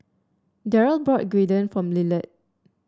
Derrell bought Gyudon for Lillard